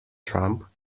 trump